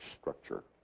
structure